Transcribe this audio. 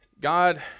God